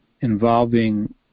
involving